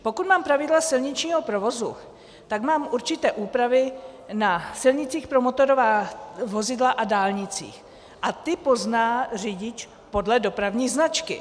Pokud mám pravidla silničního provozu, tak mám určité úpravy na silnicích pro motorová vozidla a dálnicích a ty pozná řidič podle dopravní značky.